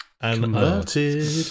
Converted